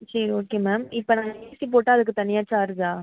சரி okay ma'am இப்போ நாங்கள் ஏசி போட்டால் அதுக்கு தனியாக சார்ஜா